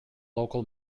local